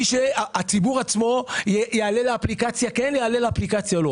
הציבור עצמו יעלה לאפליקציה, כן או לא.